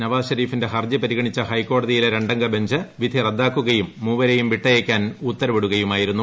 നവാസ് ഷെരീഫിന്റെ ഹർജി പരിഗണിച്ച ഹൈക്കോടതിയിലെ ര ംഗ ബഞ്ച് വിധി റദ്ദാക്കുകയും മൂവരേയും വിട്ടയക്കാൻ ഉത്തരവിടുകയുമായിരുന്നു